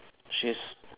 she's